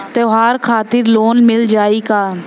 त्योहार खातिर लोन मिल जाई का?